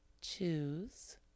choose